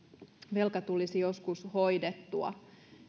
velka tulisi joskus hoidettua